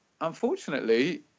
unfortunately